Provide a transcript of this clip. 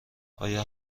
آیا